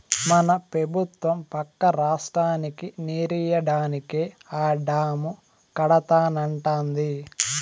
మన పెబుత్వం పక్క రాష్ట్రానికి నీరియ్యడానికే ఆ డాము కడతానంటాంది